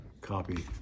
copy